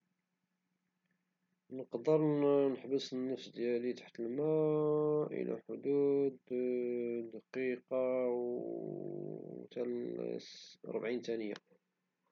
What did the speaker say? نقدر نحبس النفس ديالي تحت الماء الى حدود بين دقيقة حتى لربعين ثانية. من أربعين ثانية الى حدود دقيقة